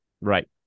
Right